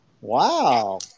Wow